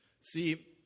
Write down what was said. See